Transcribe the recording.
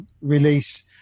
release